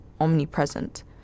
omnipresent